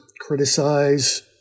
criticize